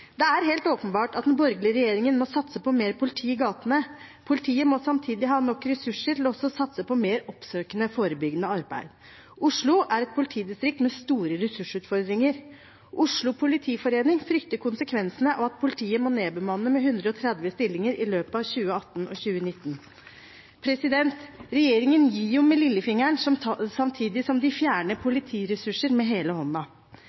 Det er helt åpenbart at den borgerlige regjeringen må satse på mer politi i gatene. Politiet må samtidig ha nok ressurser til også å satse på mer oppsøkende, forebyggende arbeid. Oslo er et politidistrikt med store ressursutfordringer. Oslo politiforening frykter konsekvensene av at politiet må nedbemanne med 130 stillinger i løpet av 2018 og 2019. Regjeringen gir med lillefingeren samtidig som de fjerner politiressurser med hele